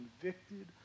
convicted